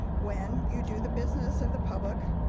when you do the business of the public,